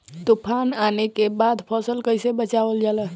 तुफान आने के बाद फसल कैसे बचावल जाला?